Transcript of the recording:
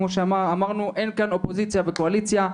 אין כאן אופוזיציה וקואליציה,